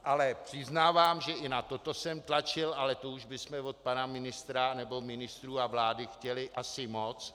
Ale přiznávám, že i na toto jsem tlačil, ale to už bychom od pana ministra, nebo ministrů a vlády chtěli asi moc.